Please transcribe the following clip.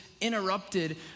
interrupted